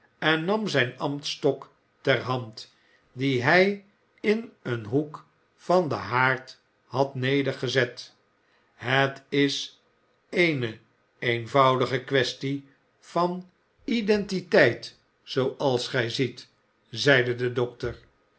en nam zijn ambtstok ter hand dien hij in een hoek van den haard had nedergezet het is eene eenvoudige quaestk van identiteit zooals gij ziet zeide de dokter